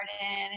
garden